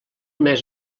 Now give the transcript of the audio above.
més